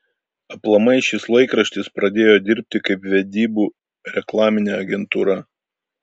aplamai šis laikraštis pradėjo dirbti kaip vedybų reklaminė agentūra